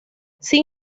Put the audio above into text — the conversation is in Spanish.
sin